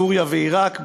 סוריה ועיראק,